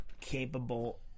capable